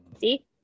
see